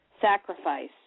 sacrifice